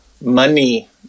Money